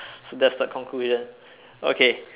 so that's the conclusion okay